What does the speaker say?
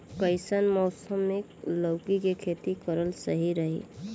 कइसन मौसम मे लौकी के खेती करल सही रही?